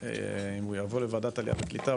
אם הוא יבוא לוועדת העלייה והקליטה,